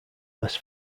less